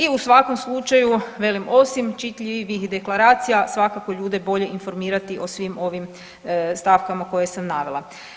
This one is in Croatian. I u svakom slučaju velim osim čitljivijih deklaracija svakako ljude bolje informirati o svim ovim stavkama koje sam navela.